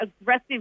aggressive